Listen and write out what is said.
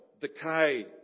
decay